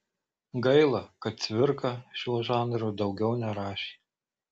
gaila kad cvirka šiuo žanru daugiau nerašė